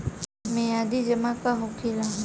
मियादी जमा का होखेला?